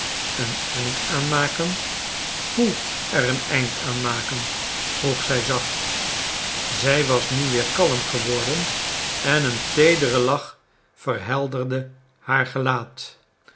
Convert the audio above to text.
een eind aan maken hoe er een eind aan maken vroeg zij zacht zij was nu weer kalm geworden en een teedere lach verhelderde haar gelaat